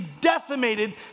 decimated